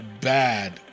bad